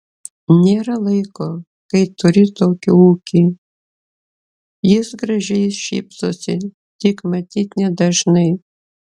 nėra laiko kai turi tokį ūkį jis gražiai šypsosi tik matyt nedažnai